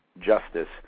justice